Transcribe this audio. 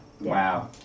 Wow